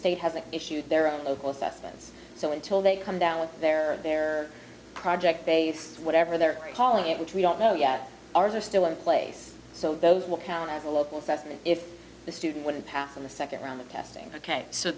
state hasn't issued their own local assessments so until they come down with their their project based whatever they're calling it which we don't know yet ours are still in place so those will count as a local sesame if the student wouldn't pass in the second round of testing ok so